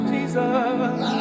Jesus